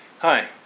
Hi